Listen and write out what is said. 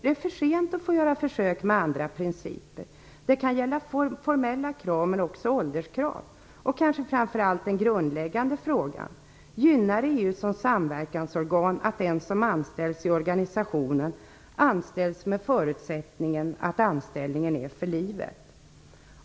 Det är för sent att göra försök med andra principer. Det kan gälla formella krav, men också ålderskrav. Den grundläggande frågan är kanske framför allt: Gynnar EU som samverkansorgan att den som anställs i organisationen anställs med förutsättningen att anställningen är för livet?